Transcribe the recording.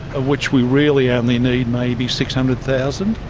of which we really only need maybe six hundred thousand.